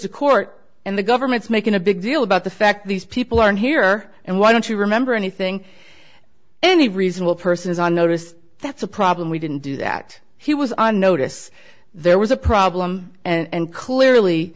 to court and the government's making a big deal about the fact these people aren't here and why don't you remember anything any reasonable person is on notice that's a problem we didn't do that he was on notice there was a problem and clearly